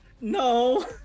No